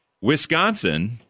Wisconsin